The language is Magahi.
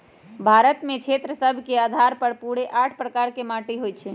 भारत में क्षेत्र सभ के अधार पर पूरे आठ प्रकार के माटि होइ छइ